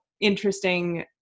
interesting